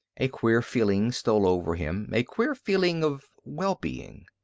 a queer feeling stole over him, a queer feeling of well-being.